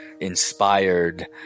inspired